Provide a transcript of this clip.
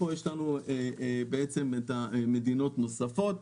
ובשקף הזה יש לנו מדינות נוספות.